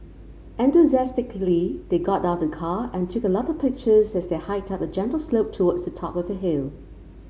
enthusiastically they got out of the car and took a lot of pictures as they hiked up a gentle slope towards the top of the hill